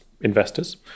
investors